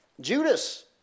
Judas